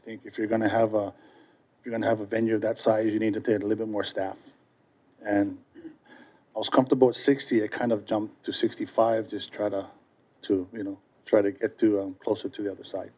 think if you're going to have a if you don't have a venue that size you need to pay a little more staff and i was comfortable with sixty a kind of jump to sixty five just tried to you know try to get closer to the other side